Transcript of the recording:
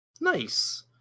Nice